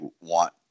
want